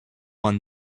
won